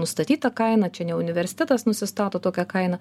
nustatytą kainą čia ne universitetas nusistato tokią kainą